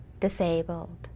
disabled